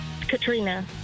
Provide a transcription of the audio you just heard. Katrina